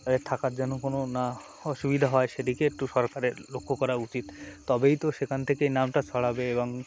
এ থাকার যেন কোনো না অসুবিধা হয় সেদিকে একটু সরকারের লক্ষ্য করা উচিত তবেই তো সেখান থেকেই নামটা ছড়াবে এবং